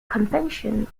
convention